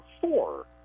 four